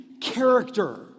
character